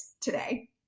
today